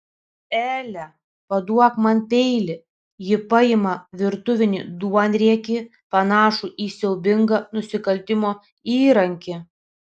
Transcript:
ele paduok man peilį ji paima virtuvinį duonriekį panašų į siaubingą nusikaltimo įrankį